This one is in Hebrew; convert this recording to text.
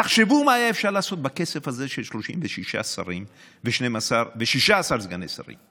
תחשבו מה היה אפשר לעשות בכסף הזה של 36 שרים ו-16 סגני שרים.